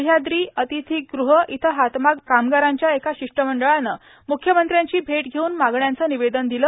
सह्याद्री अतिथीगृह इथं हातमाग कामगारांच्या एका शिष्टमंडळानं मुख्यमंत्र्यांची भेट घेऊन मागण्यांचं निवेदन दिलं